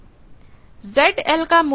ZL का मूल्य 100 है